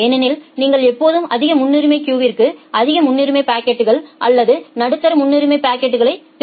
ஏனெனில் நீங்கள் எப்போதும் அதிக முன்னுரிமை கியூவிற்கு அதிக முன்னுரிமை பாக்கெட்கள் அல்லது நடுத்தர முன்னுரிமை பாக்கெட்களைப் பெறுகிறீர்கள்